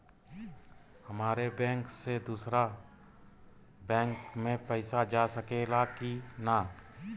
हमारे बैंक से दूसरा बैंक में पैसा जा सकेला की ना?